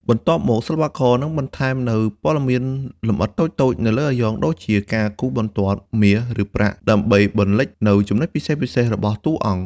បន្ទាប់មក សិល្បករនឹងបន្ថែមនូវព័ត៌មានលម្អិតតូចៗទៅលើអាយ៉ងដូចជាការគូសបន្ទាត់មាសឬប្រាក់ដើម្បីបន្លិចនូវចំណុចពិសេសៗរបស់តួអង្គ។